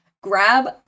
Grab